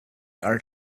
art